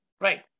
right